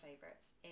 favorites